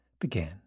began